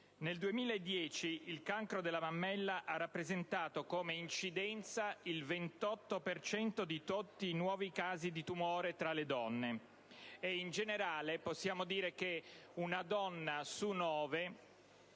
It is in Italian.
Nel 2010, il cancro della mammella ha rappresentato, come incidenza, il 28 per cento di tutti i nuovi casi di tumore tra le donne. In generale, possiamo dire che una donna su nove